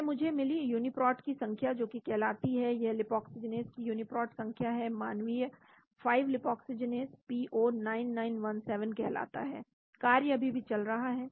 यह मुझे मिली यूनीप्रोट की संख्या जो कि कहलाती है यह लीपाक्सीजीनेस की यूनीप्रोट संख्या है मानवीय 5 लीपाक्सीजीनेस P09917 कहलाता है कार्य अभी भी चल रहा है